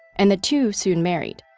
and the two soon married.